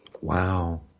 Wow